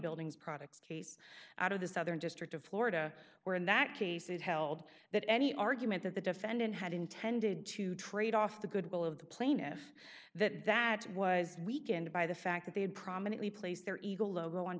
buildings products case out of the southern district of florida where in that case it held that any argument that the defendant had intended to trade off the good will of the plaintiff that that was weakened by the fact that they had prominently placed there eagle logo on